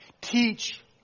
teach